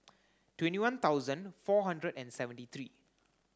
twenty one thousand four hundred and seventy three